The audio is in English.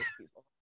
people